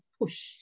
push